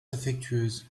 affectueuse